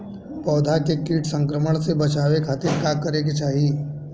पौधा के कीट संक्रमण से बचावे खातिर का करे के चाहीं?